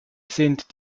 sind